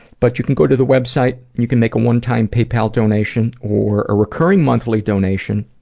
but you can go to the website, you can make a one-time paypal donation or a recurring monthly donation,